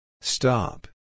Stop